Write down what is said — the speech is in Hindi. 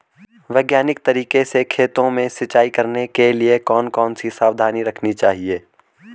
वैज्ञानिक तरीके से खेतों में सिंचाई करने के लिए कौन कौन सी सावधानी रखनी चाहिए?